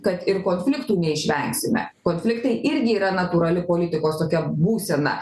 kad ir konfliktų neišvengsime konfliktai irgi yra natūrali politikos tokia būsena